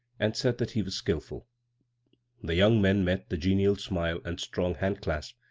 and said that he was skilful the young men met the genial smile and strong hand-clasp,